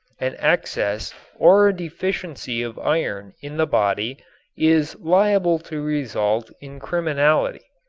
an excess or a deficiency of iron in the body is liable to result in criminality.